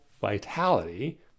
vitality